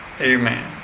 amen